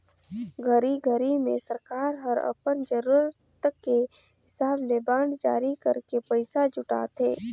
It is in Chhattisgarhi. घरी घरी मे सरकार हर अपन जरूरत के हिसाब ले बांड जारी करके पइसा जुटाथे